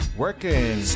working